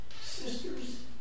sister's